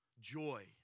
Joy